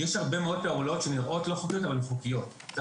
יש הרבה מאוד פעולות שנראות לא חוקיות אבל הן חוקיות.